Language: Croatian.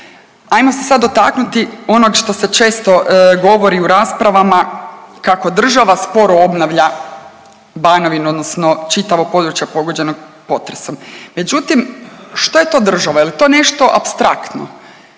Hajmo se sad dotaknuti onog što se često govori u raspravama kako država sporo obnavlja Banovinu, odnosno čitavo područje pogođeno potresom. Međutim, što je to država? Je li to nešto apstraktno?